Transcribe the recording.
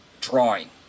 drawing